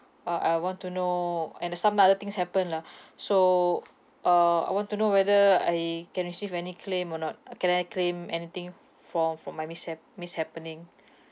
uh I want to know and uh some other things happen lah so uh I want to know whether I can receive any claim or not uh can I claim anything from for my mishap mishappening